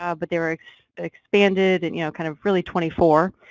ah but they were expanded and you know kind of really twenty four,